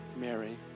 Mary